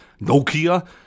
Nokia